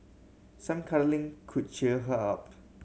some cuddling could cheer her up